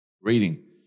reading